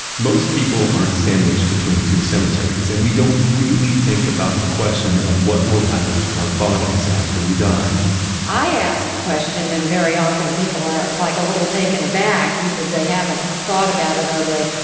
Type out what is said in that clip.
most people aren't sandwiched between two cemeteries, and we don't really think about the question of what will happen to our bodies after we die i ask the question, and very often people are like a little taken aback, either they haven't thought about it or they,